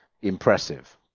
impressive